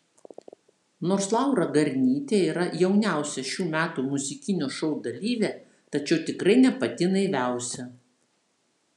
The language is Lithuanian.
nors laura garnytė yra jauniausia šių metų muzikinio šou dalyvė tačiau tikrai ne pati naiviausia